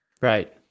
right